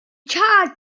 child